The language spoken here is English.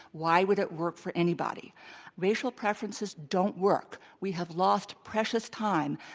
why would it work for anybody racial preferences don't work. we have lost precious time.